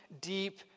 Deep